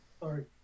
Sorry